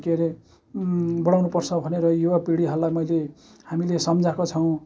के अरे बढाउनु पर्छ भनेर युवापिँढीहरूलाई मैले हामीले सम्झाएको छौँ